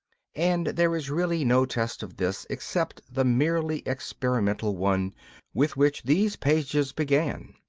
and there is really no test of this except the merely experimental one with which these pages began,